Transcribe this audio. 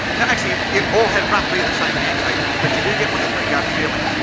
you? actually you all had roughly the same handshake. but you do get one of three gut feelings.